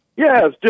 Yes